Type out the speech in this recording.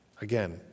Again